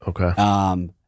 Okay